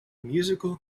musical